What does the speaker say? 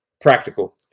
practical